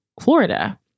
Florida